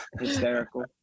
hysterical